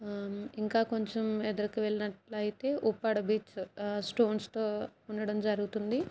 ఇంకా కొంచెం ఎదరికి వెళ్ళినట్లయితే ఉప్పాడ బీచ్ స్టోన్స్తో ఉండడం జరుగుతుంది